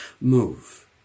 move